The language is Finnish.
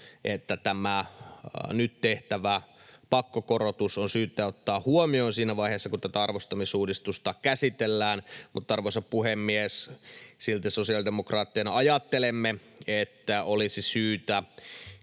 että tämä nyt tehtävä pakkokorotus on syytä ottaa huomioon siinä vaiheessa, kun tätä arvostamisuudistusta käsitellään. Arvoisa puhemies! Silti sosiaalidemokraatteina ajattelemme, että olisi syytä